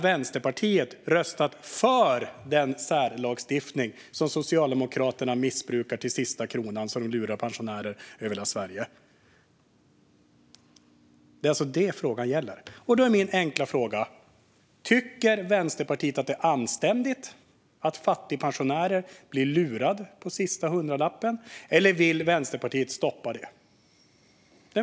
Vänsterpartiet har röstat för den särlagstiftning som Socialdemokraterna missbrukar genom att lura av pensionärer över hela Sverige sista kronan. Det är detta frågan gäller. Tycker Vänsterpartiet att det är anständigt att fattigpensionärer blir lurade på sista hundralappen, eller vill Vänsterpartiet stoppa det?